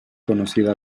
conocida